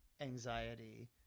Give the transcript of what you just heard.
anxiety